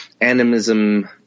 animism